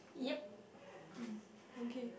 yup